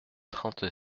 trente